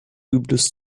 übles